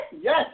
Yes